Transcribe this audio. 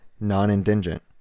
non-indigent